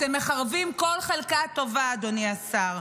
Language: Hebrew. אתם מחרבים כל חלקה טובה, אדוני השר.